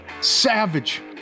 savage